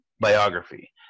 biography